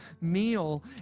meal